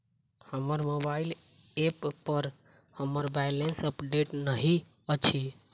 हमर mobile app पर हमर बैलेंस अपडेट नहि अछि